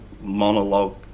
monologue